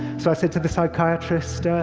so i said to the psychiatrist,